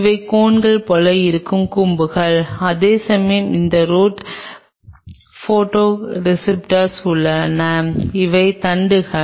இவை கோன்ஸ் போல இருக்கும் கூம்புகள் அதேசமயம் இங்கே ரோட் போடோரிஸ்ப்ட்டோர் உள்ளன இவை தண்டுகள்